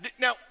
Now